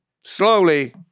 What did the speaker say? slowly